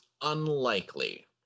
unlikely